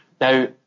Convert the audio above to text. Now